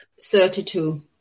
Thirty-two